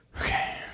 Okay